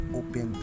open